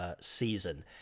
season